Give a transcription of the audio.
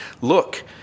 look